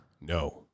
No